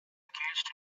engaged